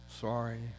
sorry